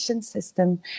system